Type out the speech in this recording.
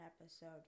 episode